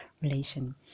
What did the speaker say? relation